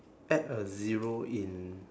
add a zero in